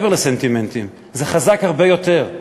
זה מעבר לסנטימנטים, זה חזק הרבה יותר.